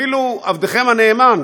אפילו עבדכם הנאמן